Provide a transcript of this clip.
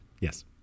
yes